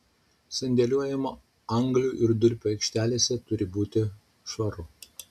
sandėliuojamų anglių ir durpių aikštelėse turi būti švaru